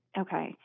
Okay